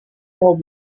mau